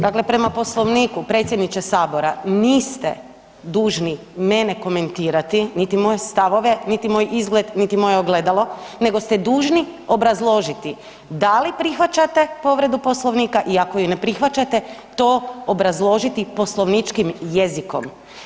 Dakle, prema Poslovniku, predsjedniče Sabora niste dužni mene komentirati niti moje stavove niti moj izgled niti moje ogledalo nego ste dužni obrazložiti da li prihvaćate povredu Poslovnika i ako ju ne prihvaćate, to obrazložiti poslovničkim jezikom.